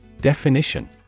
Definition